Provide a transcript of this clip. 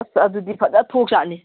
ꯑꯁ ꯑꯗꯨꯗꯤ ꯐꯖ ꯊꯣꯛꯁꯥꯠꯅꯤ